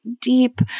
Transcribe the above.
deep